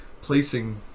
placing